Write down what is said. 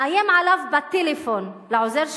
מאיים עליו בטלפון, על העוזר שלו,